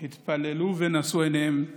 התפללו ונשאו את עיניהם אליה,